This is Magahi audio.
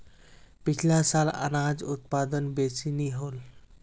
पिछला साल अनाज उत्पादन बेसि नी होल